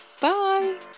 bye